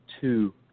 two